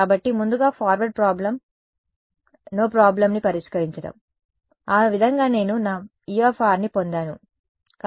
కాబట్టి ముందుగా forward problem నో ప్రాబ్లమ్ని పరిష్కరించడం ఆ విధంగా నేను నా Eని పొందాను సరిగ్గా